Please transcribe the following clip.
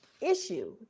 issue